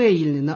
എയിൽ നിന്ന്